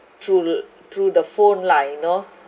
through through the phone lah you know